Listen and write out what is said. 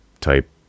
type